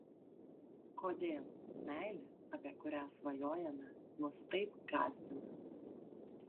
kodėl meilė apie kurią svajojame mus taip gąsdina